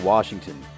Washington